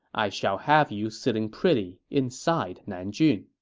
i shall have you sitting pretty inside nanjun.